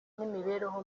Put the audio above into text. n’imibereho